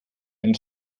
einen